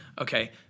Okay